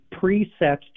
preset